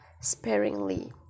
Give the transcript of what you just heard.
Sparingly